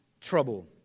trouble